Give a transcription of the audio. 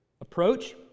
approach